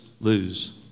lose